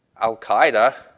Al-Qaeda